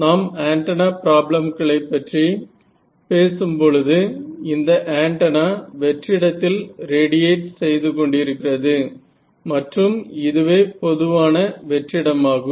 நாம் ஆண்டனா ப்ராப்ளம்களைப் பற்றி பேசும்பொழுது இந்த ஆண்டனா வெற்றிடத்தில் ரேடியேட் செய்து கொண்டிருக்கிறது மற்றும் இதுவே பொதுவான பெற்ற இடமாகும்